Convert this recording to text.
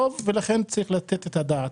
לכן צריך לתת על זה את הדעת.